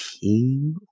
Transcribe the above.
King